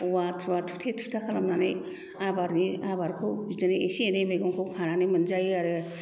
औवा थौवा थुथे थुथा खालामनानै आबादनि आबादखौ बिदिनो एसे एनै मैगंखौ खानानै मोनजायो आरो